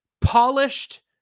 polished